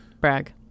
brag